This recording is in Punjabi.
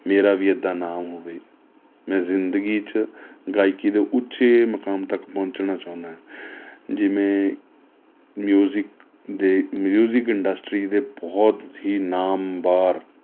ਮੇਰਾ ਵੀ ਇੱਦਾਂ ਨਾਮ ਹੋਵੇ ਮੈਂ ਜ਼ਿੰਦਗੀ 'ਚ ਗਾਇਕੀ ਦੇ ਉੱਚੇ ਮੁਕਾਮ ਤੱਕ ਪਹੁੰਚਣਾ ਚਾਹੁੰਦਾਂ ਜਿਵੇਂ ਮਿਊਜ਼ੀਕ ਦੇ ਮਿਊਜ਼ੀਕ ਇੰਡਸਟਰੀ ਦੇ ਬਹੁਤ ਹੀ ਨਾਮਵਰ